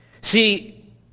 See